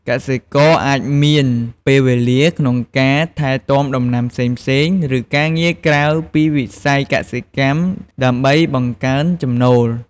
កសិករអាចមានពេលវេលាក្នុងការថែទាំដំណាំផ្សេងៗ ឬការងារក្រៅពីវិស័យកសិកម្មដើម្បីបង្កើនចំណូល។